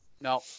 No